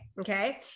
okay